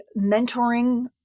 mentoring